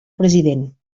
president